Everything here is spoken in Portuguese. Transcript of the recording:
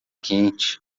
quente